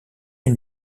une